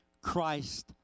Christ